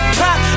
pop